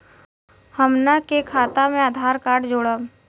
हमन के खाता मे आधार कार्ड जोड़ब?